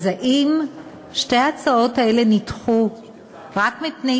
אז האם שתי ההצעות האלה נדחו רק מפני